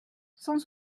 cent